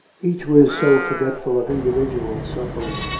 each was so forgetful of individual suffering,